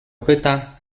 pyta